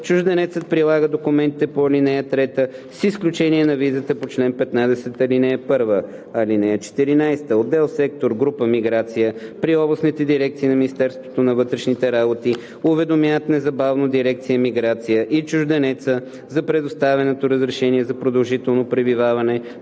чужденецът прилага документите по ал. 3, с изключение на визата по чл. 15, ал. 1. (14) Отдел/сектор/група „Миграция“ при областните дирекции на Министерството на вътрешните работи уведомяват незабавно дирекция „Миграция“ и чужденеца за предоставеното разрешение за продължително пребиваване